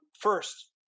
first